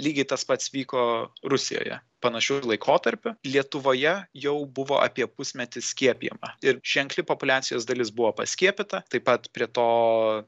lygiai tas pats vyko rusijoje panašiu laikotarpiu lietuvoje jau buvo apie pusmetį skiepijama ir ženkli populiacijos dalis buvo paskiepyta taip pat prie to